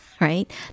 right